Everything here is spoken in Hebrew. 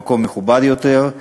במקום מכובד יותר,